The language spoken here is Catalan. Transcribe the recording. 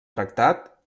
tractat